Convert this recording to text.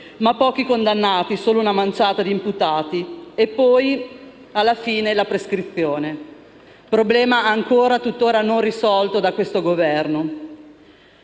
ma pochi condannati (solo una manciata di imputati) e, poi, alla fine, la prescrizione, problema tuttora non risolto da questo Governo.